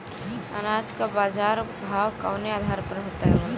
अनाज क बाजार भाव कवने आधार पर तय होला?